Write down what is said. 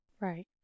Right